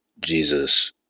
Jesus